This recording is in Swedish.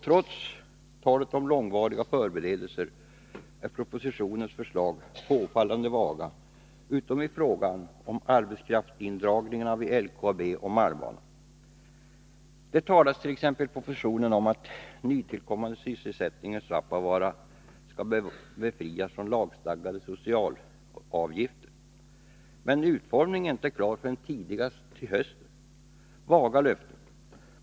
Trots talet om långvariga förberedelser är propositionens förslag påfallande vaga utom i fråga om arbetskraftsindragningarna vid LKAB och malmbanan. Det talas t.ex. i propositionen om att nytillkommande sysselsättning i Svappavaara skall befrias från lagstadgade socialavgifter. Men utformningen är dock inte klar förrän tidigast till hösten. Det är vaga löften.